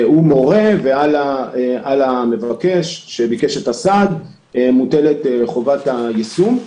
הוא מורה ועל המבקש שביקש את הסעד מוטלת חובת היישום.